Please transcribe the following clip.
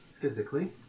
physically